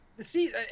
See